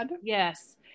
Yes